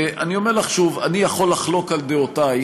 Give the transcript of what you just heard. ואני אומר לך שוב, אני יכול לחלוק על דעותייך,